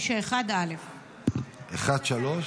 1391א. על סעיף